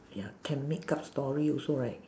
ya can make up story also right